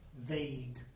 vague